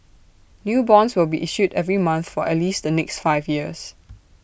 new bonds will be issued every month for at least the next five years